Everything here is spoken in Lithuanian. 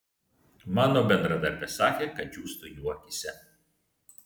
mano bendradarbės sakė kad džiūstu jų akyse